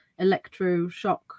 electroshock